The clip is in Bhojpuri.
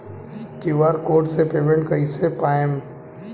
क्यू.आर कोड से पेमेंट कईसे कर पाएम?